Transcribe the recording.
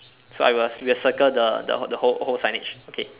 so I will we'll circle the the whole whole signage okay